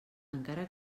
encara